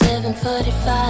745